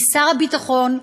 כי שר הביטחון,